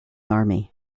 army